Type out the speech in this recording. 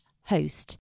host